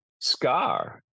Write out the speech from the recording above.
Scar